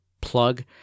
plug